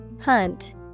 Hunt